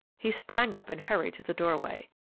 he sprang up and hurried to the doorway.